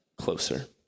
closer